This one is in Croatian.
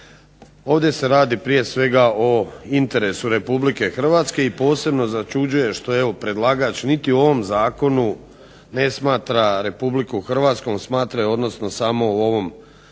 ovdje se radi prije svega o interesu RH i posebno začuđuje što evo predlagača niti u ovom zakonu ne smatra RH, smatra je odnosno samo u ovom užem